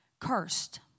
cursed